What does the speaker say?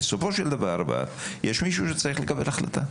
אבל בסופו של דבר יש מישהו שצריך לקבל החלטה.